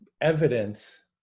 evidence